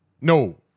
No